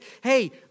hey